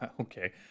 Okay